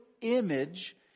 image